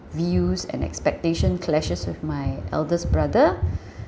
views and expectation clashes with my eldest brother